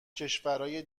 کشورای